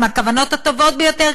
עם הכוונות הטובות ביותר,